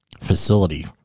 facility